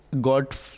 got